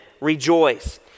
rejoice